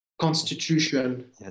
constitution